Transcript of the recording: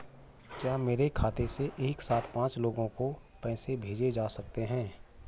क्या मेरे खाते से एक साथ पांच लोगों को पैसे भेजे जा सकते हैं?